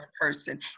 person